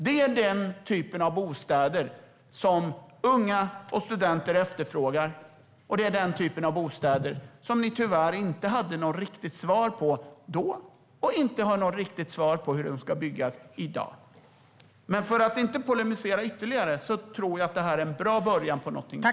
Det är den typen av bostäder som unga och studenter efterfrågar, och det är den typen av bostäder som ni tyvärr inte hade något riktigt svar på hur de skulle byggas då och som ni inte heller har något riktigt svar på i dag. Men för att inte polemisera ytterligare vill jag säga att jag tror att detta är en bra början på någonting nytt.